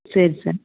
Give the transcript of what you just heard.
சரி சார்